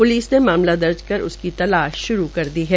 police ने मामला दर्ज कर उसकी तलाश श्रू कर दी है